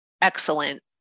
excellent